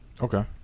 Okay